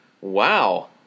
Wow